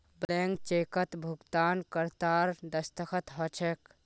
blank चेकत भुगतानकर्तार दस्तख्त ह छेक